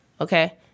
okay